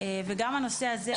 וגם הנושא הזה,